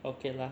okay lah